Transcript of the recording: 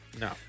no